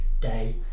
day